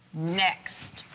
next.